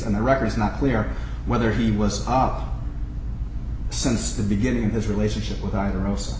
and the record is not clear whether he was since the beginning of his relationship with either